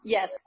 Yes